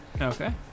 Okay